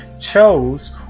chose